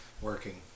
working